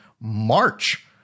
March